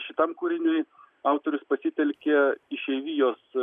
šitam kūriniui autorius pasitelkia išeivijos